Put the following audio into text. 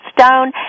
Stone